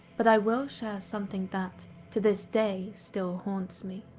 but i will share something that, to this day, still haunts me.